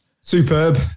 Superb